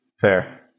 Fair